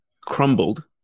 crumbled